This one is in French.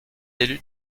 élu